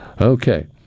Okay